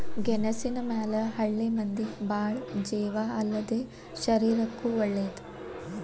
ಗೆಣಸಿನ ಮ್ಯಾಲ ಹಳ್ಳಿ ಮಂದಿ ಬಾಳ ಜೇವ ಅಲ್ಲದೇ ಶರೇರಕ್ಕೂ ವಳೇದ